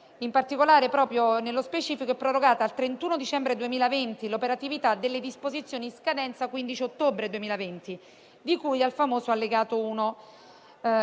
30 luglio 2020. Nello specifico, è prorogata al 31 dicembre 2020 l'operatività delle disposizioni in scadenza al 15 ottobre, di cui al famoso allegato 1,